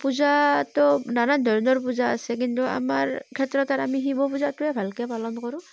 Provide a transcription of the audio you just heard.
পূজাটো নানান ধৰণৰ পূজা আছে কিন্তু আমাৰ ক্ষেত্ৰত আৰু আমি শিৱ পূজাটোৱেই ভালকৈ পালন কৰোঁ